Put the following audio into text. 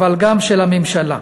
אבל גם של הממשלה.